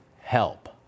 help